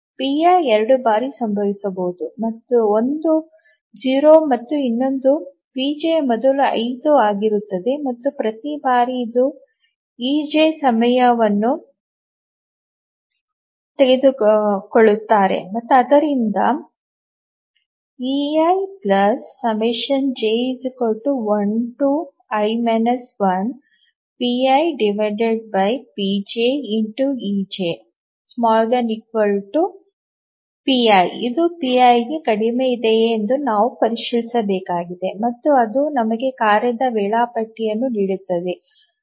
PI 2 ಬಾರಿ ಸಂಭವಿಸಬಹುದು ಒಂದು 0 ಮತ್ತು ಇನ್ನೊಂದು 3 ಪಿಜೆ ಮೊದಲು 5 ಆಗಿರುತ್ತದೆ ಮತ್ತು ಪ್ರತಿ ಬಾರಿ ಅವರು ಇಜೆ ಸಮಯವನ್ನು ತೆಗೆದುಕೊಳ್ಳುತ್ತಾರೆ ಮತ್ತು ಆದ್ದರಿಂದ eij1i 1pipjejpi ಇದು pi ಗೆ ಕಡಿಮೆ ಇದೆಯೇ ಎಂದು ನಾವು ಪರಿಶೀಲಿಸಬೇಕಾಗಿದೆ ಮತ್ತು ಅದು ನಮಗೆ ಕಾರ್ಯದ ವೇಳಾಪಟ್ಟಿಯನ್ನು ನೀಡುತ್ತದೆ